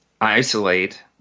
isolate